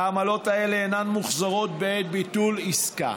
העמלות האלה אינן מוחזרות בעת ביטול עסקה.